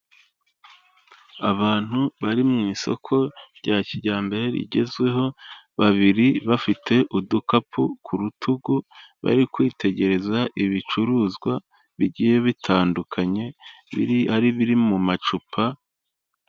Abantu bari mu isoko rya kijyambere rigezweho, babiri bafite udukapu ku rutugu, bari kwitegereza ibicuruzwa bigiye bitandukanye, ari biri mu macupa.